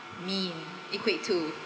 mean equate to